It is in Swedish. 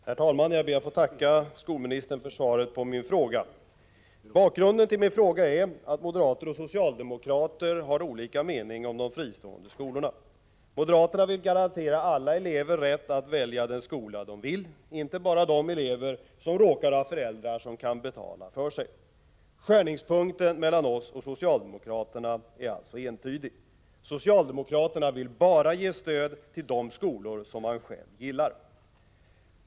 Herr talman! Jag ber att få tacka skolministern för svaret på min fråga. Bakgrunden till min fråga är att moderater och socialdemokrater har olika mening om de fristående skolorna. Moderaterna vill garantera alla elever rätt att välja den skola de vill —- inte bara de elever som råkar ha föräldrar som kan betala för sig. Skärningspunkten mellan oss och socialdemokraterna är alltså entydig. Socialdemokraterna vill bara ge stöd till de skolor som de själva gillar.